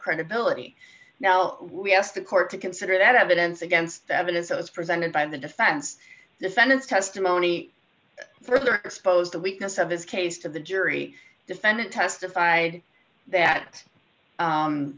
credibility now well we asked the court to consider that evidence against the evidence that was presented by the defense defendant's testimony further expose the weakness of his case to the jury defendant testify that